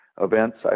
events